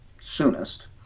soonest